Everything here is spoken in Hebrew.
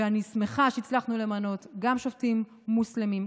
ואני שמחה שהצלחנו למנות גם שופטים מוצלחים,